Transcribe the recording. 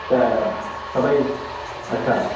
त सभई अच्छा